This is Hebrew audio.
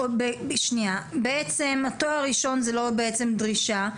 תואר ראשון זו לא בעצם דרישה.